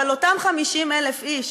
אבל אותם 50,000 איש